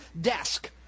desk